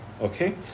okay